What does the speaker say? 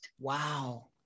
Wow